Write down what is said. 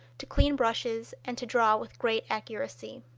to clean brushes, and to draw with great accuracy.